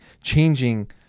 changing